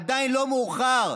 עדיין לא מאוחר.